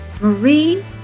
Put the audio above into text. Marie